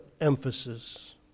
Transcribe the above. emphasis